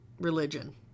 religion